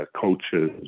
coaches